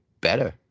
better